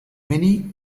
many